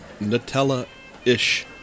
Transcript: Nutella-ish